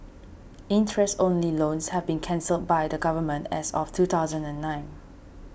interest only loans have been cancelled by the Government as of two thousand and nine